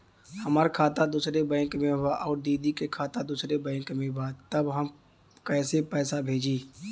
हमार खाता दूसरे बैंक में बा अउर दीदी का खाता दूसरे बैंक में बा तब हम कैसे पैसा भेजी?